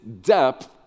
depth